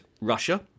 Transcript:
Russia